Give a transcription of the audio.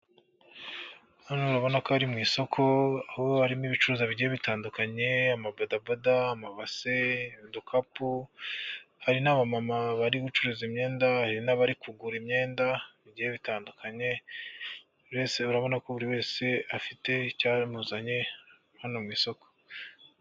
Hano urabona ko ari mu isoko aho harimo ibicuruza bigiye bitandukanye amabodaboda amabase udukapu ,hari naba mama bari gucuruza imyenda hari n'abari kugura imyenda bigiye bitandukanye, buri wese urabona ko buri wese afite icyamuzanye hano mu isoko.